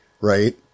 right